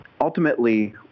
ultimately